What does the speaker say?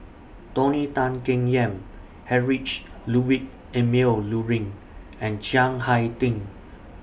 Tony Tan Keng Yam Heinrich Ludwig Emil Luering and Chiang Hai Ding